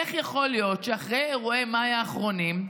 איך יכול להיות שאחרי אירועי מאי האחרונים,